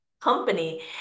company